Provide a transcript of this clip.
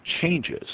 changes